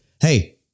Hey